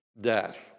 death